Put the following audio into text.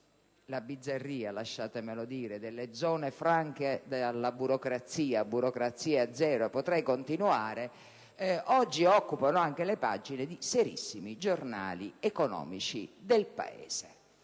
la bizzarria - lasciatemelo dire - delle zone franche dalla burocrazia (burocrazia zero) e potrei continuare oggi occupano anche le pagine di serissimi giornali economici del Paese.